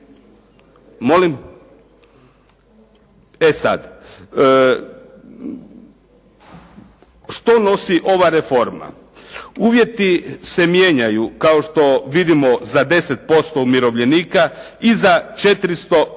Molim? E sad što nosi ova reforma? Uvjeti se mijenjaju kao što vidimo za 10% umirovljenika i za 415